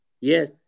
yes